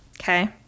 okay